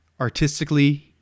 artistically